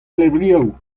levrioù